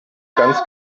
ganz